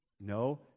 No